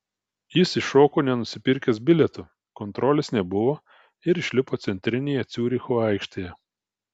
jis įšoko nenusipirkęs bilieto kontrolės nebuvo ir išlipo centrinėje ciuricho aikštėje